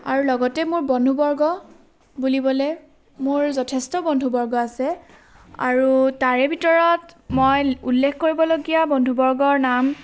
আৰু লগতে মোৰ বন্ধুবৰ্গ বুলিবলৈ মোৰ যথেষ্ট বন্ধুবৰ্গ আছে আৰু তাৰে ভিতৰত মই উল্লেখ কৰিবলগীয়া বন্ধুবৰ্গৰ নাম